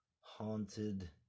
Haunted